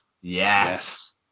yes